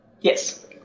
Yes